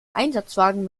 einsatzwagen